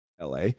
la